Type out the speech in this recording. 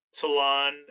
salon